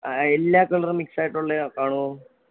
ആ എല്ലാ കളറും മിക്സ് ആയിട്ടുള്ളത് കാണുമോ